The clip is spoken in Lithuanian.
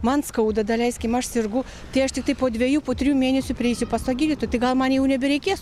man skauda daleiskim aš sergu tai aš tiktai po dviejų po trijų mėnesių prieisiu pas tą gydytoją tai gal man jau nebereikės